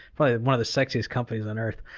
probably one of the sexiest companies on earth.